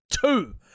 two